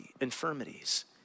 infirmities